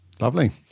Lovely